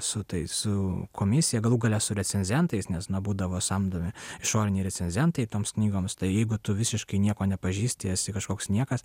su tais su komisija galų gale su recenzentais nes na būdavo samdomi išoriniai recenzentai toms knygoms tai jeigu tu visiškai nieko nepažįsti esi kažkoks niekas